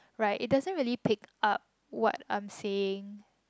right it doesn't really pick up what I'm saying